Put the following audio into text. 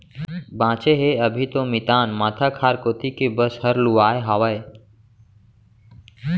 बांचे हे अभी तो मितान माथा खार कोती के बस हर लुवाय हावय